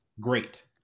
great